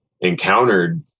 encountered